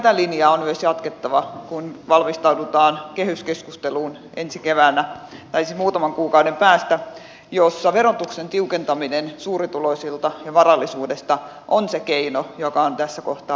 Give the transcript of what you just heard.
tätä linjaa on myös jatkettava kun valmistaudutaan kehyskeskusteluun muutaman kuukauden päästä jossa verotuksen tiukentaminen suurituloisilta ja varallisuudesta on se keino joka on tässä kohtaa otettava käyttöön